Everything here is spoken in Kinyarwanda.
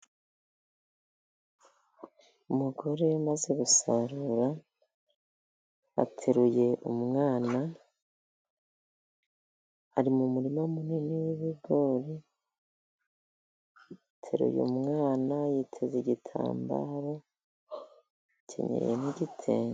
Umugore umaze gusarura ateruye umwana, ari mu murima munini w'ibigori ateruye umwana yiteze igitambaro akenyeye n'igitenge.